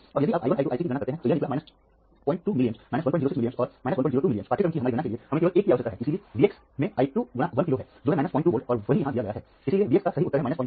और यदि आप i 1 i 2 i 3 की गणना करते हैं तो यह निकला 02 मिलीएम्प्स 106 मिलीएम्प्स और 102 मिलीएम्प्स पाठ्यक्रम की हमारी गणना के लिए हमें केवल 1 की आवश्यकता है इसलिए Vx मैं I 2 × 1 किलो है जो है 02 वोल्ट और वही यहाँ दिया गया है इसलिए V x का सही उत्तर है 02 वोल्ट